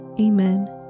Amen